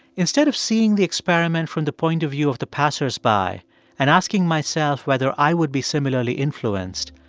instead of seeing the experiment from the point of view of the passersby and asking myself whether i would be similarly influenced,